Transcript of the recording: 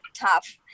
tough